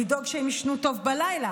לדאוג שהם יישנו טוב בלילה,